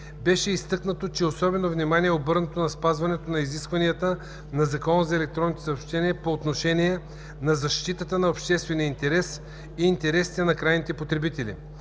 Беше изтъкнато, че особено внимание е обърнато на спазване на изискванията на Закона за електронните съобщения по отношение на защита на обществения интерес и интересите на крайните потребители.